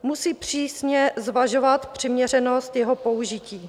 Musí přísně zvažovat přiměřenost jeho použití.